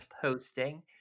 posting